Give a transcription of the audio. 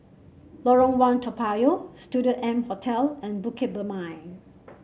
Lorong One Toa Payoh Studio M Hotel and Bukit Purmei